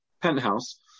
penthouse